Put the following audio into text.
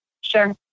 Sure